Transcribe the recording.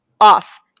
off